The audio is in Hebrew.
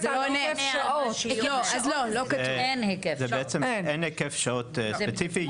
--- אין היקף שעות ספציפי,